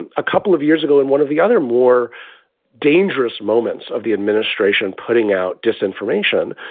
and a couple of years ago, in one of the other more dangerous moments of the administration putting out disinformation.